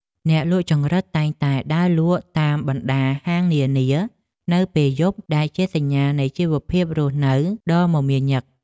អ្នកលក់ចង្រិតតែងតែដើរលក់តាមបណ្តាហាងនានានៅពេលយប់ដែលជាសញ្ញានៃជីវភាពរស់នៅដ៏មមាញឹក។